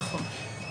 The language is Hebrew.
נכון.